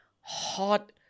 hot